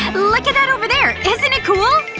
um look at that over there! isn't it cool?